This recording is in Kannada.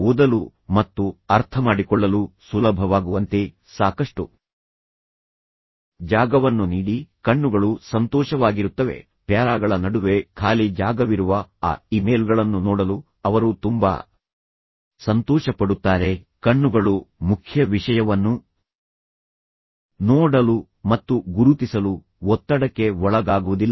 ಓದಲು ಮತ್ತು ಅರ್ಥಮಾಡಿಕೊಳ್ಳಲು ಸುಲಭವಾಗುವಂತೆ ಸಾಕಷ್ಟು ಜಾಗವನ್ನು ನೀಡಿ ಕಣ್ಣುಗಳು ಸಂತೋಷವಾಗಿರುತ್ತವೆ ಪ್ಯಾರಾಗಳ ನಡುವೆ ಖಾಲಿ ಜಾಗವಿರುವ ಆ ಇಮೇಲ್ಗಳನ್ನು ನೋಡಲು ಅವರು ತುಂಬಾ ಸಂತೋಷಪಡುತ್ತಾರೆ ಕಣ್ಣುಗಳು ಮುಖ್ಯ ವಿಷಯವನ್ನು ನೋಡಲು ಮತ್ತು ಗುರುತಿಸಲು ಒತ್ತಡಕ್ಕೆ ಒಳಗಾಗುವುದಿಲ್ಲ